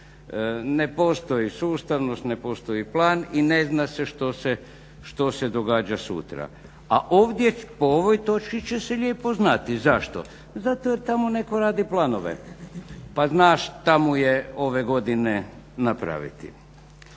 Ne postoji sustavnost, ne postoji plan i ne zna što se događa sutra. A ovdje po ovoj točki će se lijepo znati. Zašto? Zato jer tamo netko radi planove pa zna šta mu je ove godine napraviti.